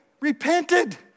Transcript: repented